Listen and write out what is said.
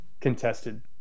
contested